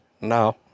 No